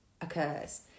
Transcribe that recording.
occurs